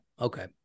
Okay